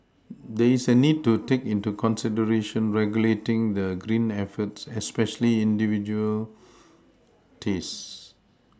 there is a need to take into consideration regulating the green efforts especially industrial taste